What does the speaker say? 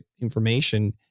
information